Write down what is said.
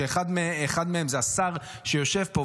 שאחד מהם זה של השר שיושב פה,